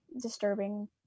disturbing